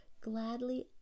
gladly